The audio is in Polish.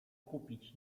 kupić